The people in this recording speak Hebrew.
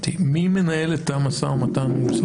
מי מנהל את המשא ומתן מול משרד הבריאות?